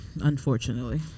Unfortunately